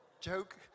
Joke